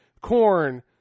corn